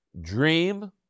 dream